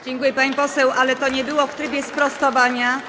Dziękuję, pani poseł, ale to nie było w trybie sprostowania.